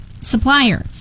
supplier